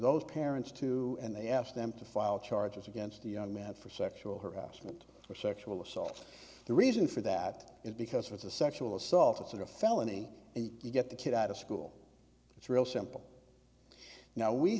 those parents too and they asked them to file charges against the young man for sexual harassment or sexual assault the reason for that is because it's a sexual assault it's in a felony and you get the kid out of school it's real simple now we